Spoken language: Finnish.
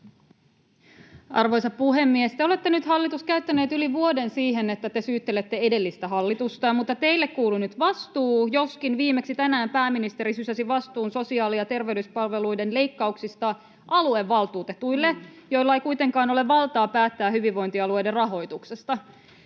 Arvoisa puhemies! Te olette nyt, hallitus, käyttäneet yli vuoden siihen, että te syyttelette edellistä hallitusta, mutta teille kuuluu nyt vastuu — joskin viimeksi tänään pääministeri sysäsi vastuun sosiaali‑ ja terveyspalveluiden leikkauksista aluevaltuutetuille, joilla ei kuitenkaan ole valtaa päättää hyvinvointialueiden rahoituksesta.